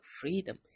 freedom